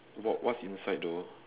what what's inside though